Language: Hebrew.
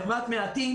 בחברת מעטים,